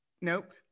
Nope